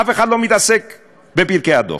אף אחד לא מתעסק בפרקי הדוח.